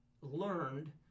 learned